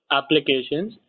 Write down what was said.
applications